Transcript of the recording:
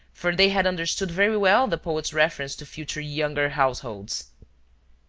for they had understood very well the poet's reference to future younger households